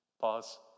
Pause